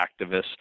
activists